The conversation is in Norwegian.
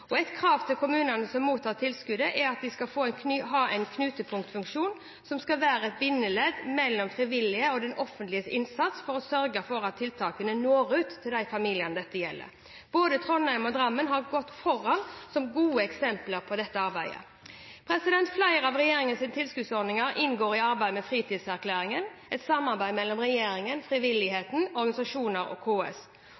Et krav til kommunene som mottar tilskuddet, er at de skal ha en knutepunktfunksjon som skal være et bindeledd mellom frivillig og offentlig innsats for å sørge for at tiltakene når ut til de familiene dette gjelder. Både Trondheim og Drammen har gått foran med et godt eksempel i dette arbeidet. Flere av regjeringens tilskuddordninger inngår i arbeidet med Fritidserklæringen, et samarbeid mellom regjeringen,